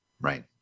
right